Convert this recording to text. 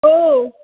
हो